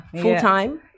Full-time